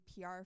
PR